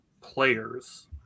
players